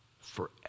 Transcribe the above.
forever